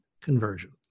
conversion